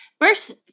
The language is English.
First